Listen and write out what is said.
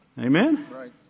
amen